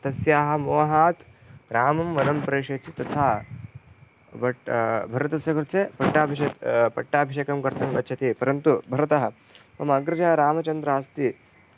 तस्याः मोहात् रामं वनं प्रेषयति तथा बट् भरतस्य कृते पट्टाभिषे पट्टाभिषेकं कर्तुं गच्छति परन्तु भरतः मम अग्रजः रामचन्द्रः अस्ति